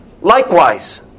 Likewise